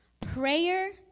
prayer